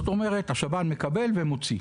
כלומר השב"ן מקבל ומוציא.